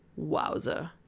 Wowza